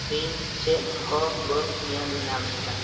ᱤᱧ ᱪᱮᱫᱦᱚᱸ ᱵᱟᱹᱧ ᱧᱮᱞ ᱧᱟᱢ ᱞᱮᱫᱟ